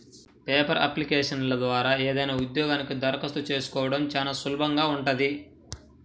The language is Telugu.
పేపర్ అప్లికేషన్ల ద్వారా ఏదైనా ఉద్యోగానికి దరఖాస్తు చేసుకోడం చానా సులభంగా ఉంటది